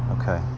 Okay